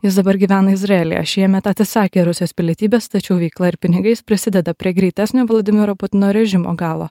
jis dabar gyvena izraelyje šiemet atsisakė rusijos pilietybės tačiau veikla ir pinigais prisideda prie greitesnio vladimiro putino režimo galo